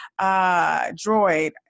Droid